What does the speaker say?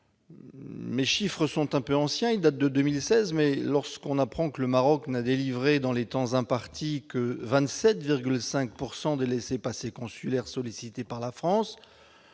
Mes chiffres sont un peu anciens- ils datent de 2016 -, mais sachant que le Maroc n'a délivré dans les temps impartis que 27,5 % des laissez-passer consulaires sollicités par la France,